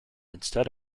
instead